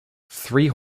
three